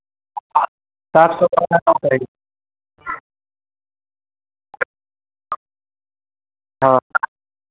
सात सौ